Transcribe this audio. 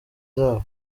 zabo